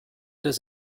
does